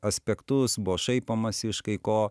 aspektus buvo šaipomasi iš kai ko